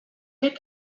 nid